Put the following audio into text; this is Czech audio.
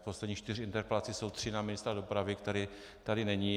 Z posledních čtyř interpelací jsou tři na ministra dopravy, který tady není.